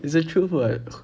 it's the truth [what]